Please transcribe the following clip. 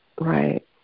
right